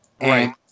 Right